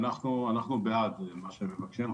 אנחנו בעד מה שמבקשים.